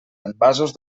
envasos